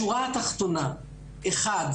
בשורה התחתונה: ראשית,